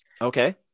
Okay